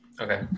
Okay